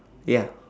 ya